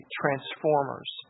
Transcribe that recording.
transformers